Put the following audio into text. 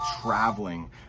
traveling